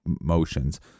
motions